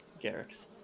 Garrick's